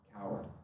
coward